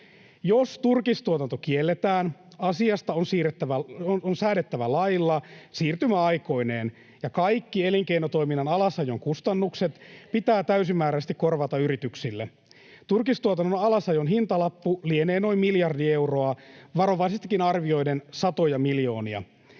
Jos turkistuotanto kielletään, asiasta on säädettävä lailla siirtymäaikoineen, ja kaikki elinkeinotoiminnan alasajon kustannukset [Jenni Pitkon välihuuto] pitää täysimääräisesti korvata yrityksille. Turkistuotannon alasajon hintalappu lienee noin miljardi euroa, varovaisestikin arvioiden satoja miljoonia.